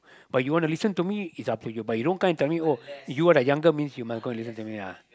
but you wanna listen to is me up to you but you don't come and tell me oh you are the younger means you must go and listen to me ah